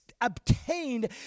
obtained